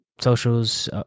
socials